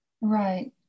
Right